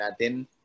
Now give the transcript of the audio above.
natin